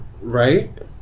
Right